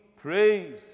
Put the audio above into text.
praise